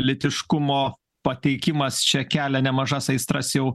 lytiškumo pateikimas čia kelia nemažas aistras jau